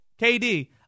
KD